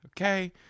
okay